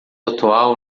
atual